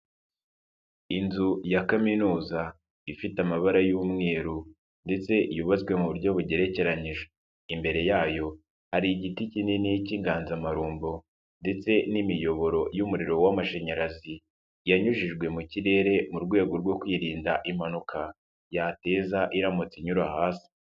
Inzu ya kaminuza ifite amabara y'umweru ndetse yubatswe mu buryo bugerekeranyije, imbere yayo hari igiti kinini cy'inganzamarumbo ndetse n'imiyoboro y'umuriro w'amashanyarazi, yanyujijwe mu kirere mu rwego rwo kwirinda impanuka yateza iramutse inyura hasi.